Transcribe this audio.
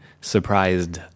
surprised